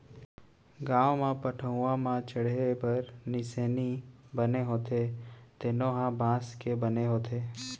गाँव म पटअउहा म चड़हे बर निसेनी बने होथे तेनो ह बांस के बने होथे